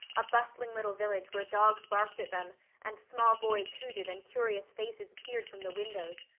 a bustling little village where dogs barked at them and small boys hooted and curious faces peered from the windows,